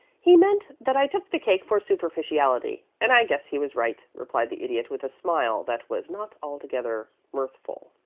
he meant that i took the cake for superficiality, and i guess he was right, replied the idiot, with a smile that was not altogether mirthful.